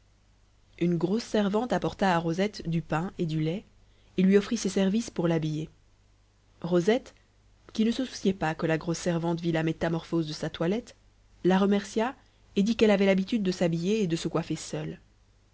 une grosse servante apporta à rosette du pain et du lait et lui offrit ses services pour l'habiller rosette qui ne se souciait pas que la grosse servante vit la métamorphose de sa toilette la remercia et dit qu'elle avait l'habitude de s'habiller et de se coiffer seule